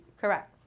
Correct